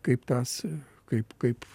kaip tas kaip kaip